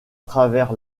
travers